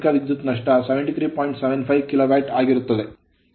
75 KW ಆಗಿರುತ್ತದೆ